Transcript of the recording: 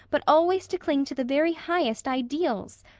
but always to cling to the very highest ideals.